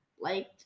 liked